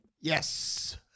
Yes